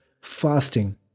fasting